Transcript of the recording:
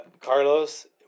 Carlos